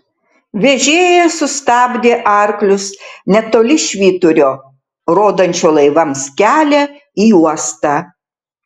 vežėjas sustabdė arklius netoli švyturio rodančio laivams kelią į uostą